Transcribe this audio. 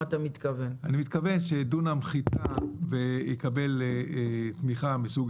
אני מתכוון שדונם חיטה יקבל תמיכה מסוג